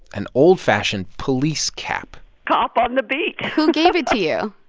an old-fashioned police cap cop on the beat who gave it to you?